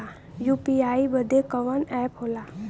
UPI बदे कवन app होला?